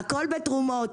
הכול מתרומות,